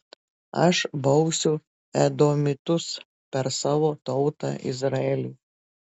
aš bausiu edomitus per savo tautą izraelį